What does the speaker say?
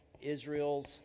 israel's